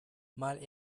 mal